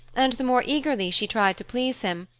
and the more eagerly she tried to please him,